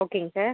ஓகேங்க சார்